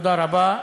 תודה רבה.